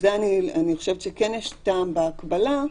אני חושבת שכן יש טעם בהקבלה.